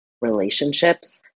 relationships